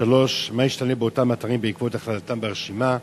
3. מה ישתנה באותם אתרים בעקבות הכללתם ברשימה,